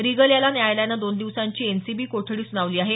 Regal याला न्यायालयानं दोन दिवसांची एनसीबी कोठडी सुनावली आहे